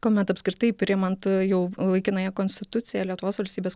kuomet apskritai priimant jau laikinąją konstituciją lietuvos valstybės